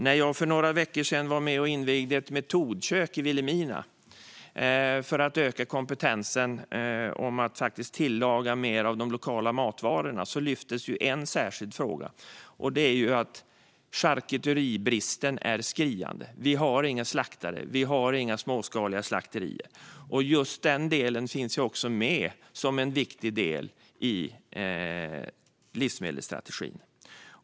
När jag för några veckor sedan var med och invigde ett metodkök i Vilhelmina för att öka kompetensen när det gäller att tillaga mer av de lokala matvarorna lyftes en särskild fråga, nämligen att charkuteribristen är skriande. Vi har inga slaktare, och vi har inga småskaliga slakterier. Just denna del finns också med som en viktig del i livsmedelsstrategin.